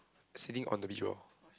sitting on the beach ball